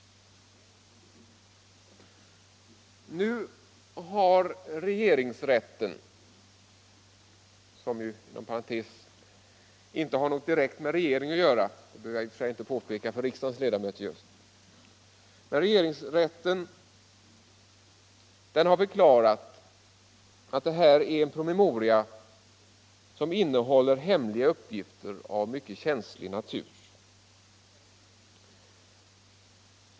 Nu har regeringsrätten — som ju inte har något direkt med regering att göra — förklarat att promemorian innehåller hemliga uppgifter av mycket känslig natur.